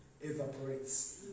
evaporates